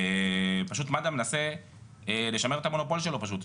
ופשוט מד"א מנסה לשמר את המונופול שלו פשוט,